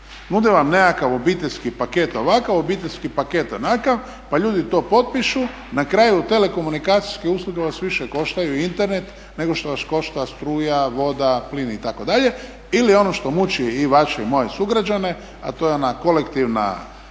Nude vam nekakav obiteljski paket ovakav obiteljski paket onakav, pa ljudi to potpišu na kraju telekomunikacijske usluge vas koštaju i Internet nego što vas košta struja, voda, plin itd. ili ono što muči i vaše i moje sugrađane, a to je ona kolektivna